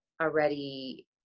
already